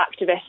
activists